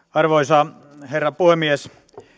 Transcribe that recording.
arvoisa herra puhemies